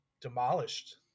demolished